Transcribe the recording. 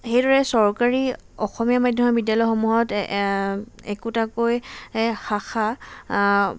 সেইদৰে চৰকাৰী অসমীয়া মাধ্যমিক বিদ্যালয়সমূহত একোটাকৈ শাখা